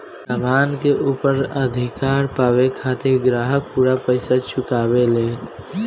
सामान के ऊपर अधिकार पावे खातिर ग्राहक पूरा पइसा चुकावेलन